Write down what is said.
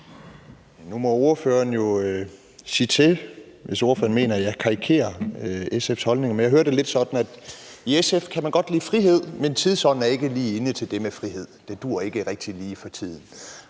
Nu må ordføreren jo sige til, hvis ordføreren mener, at jeg karikerer SF's holdning. Men jeg hørte det lidt sådan, at man i SF godt kan lide frihed, men tidsånden er ikke lige inde til det med frihed, for det duer ikke rigtig lige for tiden.